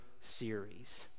series